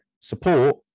support